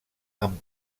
amb